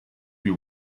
you